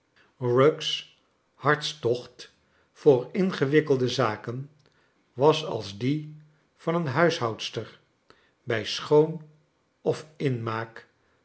rugg's hartstocht voor ingewikkelde zaken was als die van een huishoudster brj schoon of inmaak